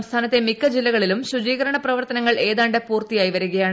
സംസ്ഥാനത്തെ മിക്ക ജില്ലകളിലും ശുചീകരണ പ്രവർത്തനങ്ങൾ ഏതാണ്ട് പൂർത്തി വരികയാണ്